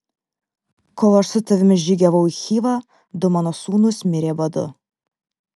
kol aš su tavimi žygiavau į chivą du mano sūnūs mirė badu